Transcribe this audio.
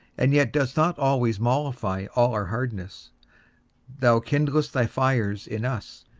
and yet dost not always mollify all our hardness thou kindlest thy fires in us,